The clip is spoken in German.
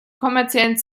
kommerziellen